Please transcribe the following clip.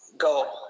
go